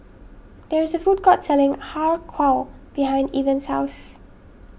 there is a food court selling Har Kow behind Evans' house